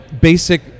basic